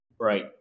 Right